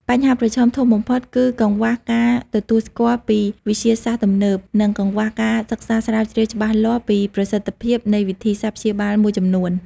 បញ្ហាប្រឈមធំបំផុតគឺកង្វះការទទួលស្គាល់ពីវិទ្យាសាស្ត្រទំនើប និងកង្វះការសិក្សាស្រាវជ្រាវច្បាស់លាស់ពីប្រសិទ្ធភាពនៃវិធីសាស្ត្រព្យាបាលមួយចំនួន។